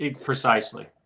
Precisely